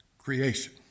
Creation